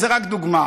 זאת רק דוגמה.